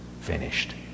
finished